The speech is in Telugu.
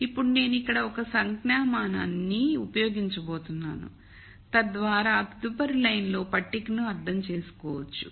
ఇప్పుడు నేను ఇక్కడ ఒక సంజ్ఞామానాన్ని ఉపయోగించబోతున్నాను తద్వారా తదుపరి లైన్ లో పట్టికను అర్థం చేసుకోవచ్చు